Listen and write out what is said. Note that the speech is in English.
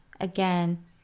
again